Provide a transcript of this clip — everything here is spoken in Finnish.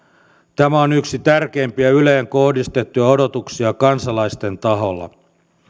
tämä on yksi tärkeimpiä yleen kohdistettuja odotuksia kansalaisten taholla